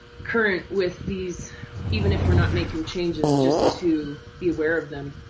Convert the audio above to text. current with these even if we're not making changes just to be aware of them.